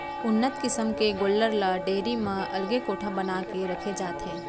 उन्नत किसम के गोल्लर ल डेयरी म अलगे कोठा बना के रखे जाथे